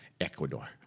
Ecuador